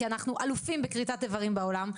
כי אנחנו אלופים בכריתת איברים בעולם,